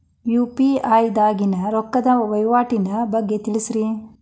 UPI ದಾಗಿನ ರೊಕ್ಕದ ವಹಿವಾಟಿನ ಬಗ್ಗೆ ತಿಳಸ್ರಿ